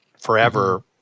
forever